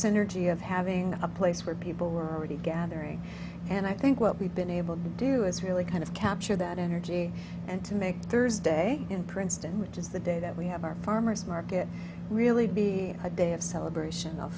synergy of having a place where people were already gathering and i think what we've been able to do is really kind of capture that energy and to make thursday in princeton which is the day that we have our farmer's market really be a day of celebration of